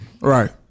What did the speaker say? right